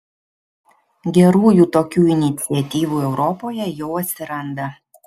gerųjų tokių iniciatyvų europoje jau atsiranda